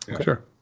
Sure